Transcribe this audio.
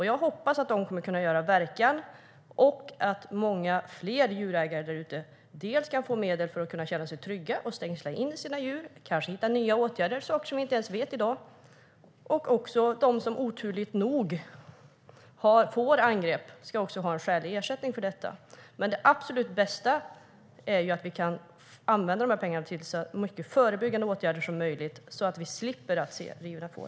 Jag hoppas att dessa pengar kommer att göra verkan, så att fler djurägare kan få medel för att kunna vara trygga och stängsla in sina djur. Kanske kan man hitta nya åtgärder som vi inte ens vet om i dag. De som oturligt nog får angrepp ska ha en skälig ersättning för det. Det absolut bästa är att pengarna kan användas till så många förebyggande åtgärder som möjligt så att vi slipper att se rivna får.